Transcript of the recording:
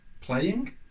Playing